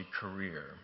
career